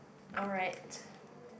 alright